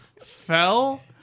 Fell